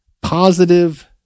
positive